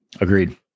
agreed